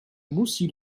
musí